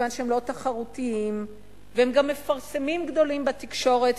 מכיוון שהם לא תחרותיים והם גם מפרסמים גדולים בתקשורת,